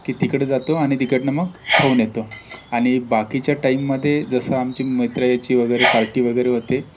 की तिकडे जातो आणि तिकडनं मग खाऊन येतो आणि बाकीच्या टाईममध्ये जसं आमची मैत्रयाची वगैरे पार्टी वगैरे होते